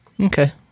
Okay